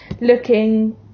looking